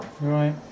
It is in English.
Right